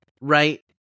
right